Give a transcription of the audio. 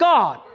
God